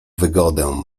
wygodę